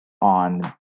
on